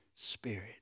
Spirit